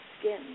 skin